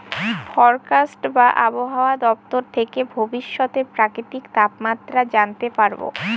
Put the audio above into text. forecast বা আবহাওয়া দপ্তর থেকে ভবিষ্যতের প্রাকৃতিক তাপমাত্রা জানতে পারবো